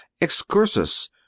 excursus